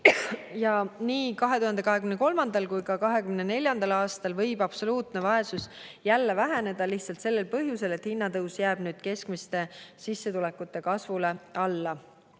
Ja nii 2023. kui ka 2024. aastal võib absoluutne vaesus jälle väheneda lihtsalt sellel põhjusel, et hinnatõus jääb nüüd keskmiste sissetulekute kasvule alla.